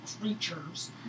creatures